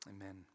Amen